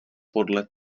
podle